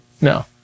No